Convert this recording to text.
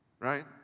Right